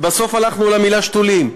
אבל בסוף הלכנו על המילה שתולים.